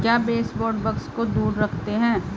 क्या baseboard bugs को दूर रखते हैं?